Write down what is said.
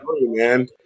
man